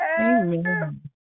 Amen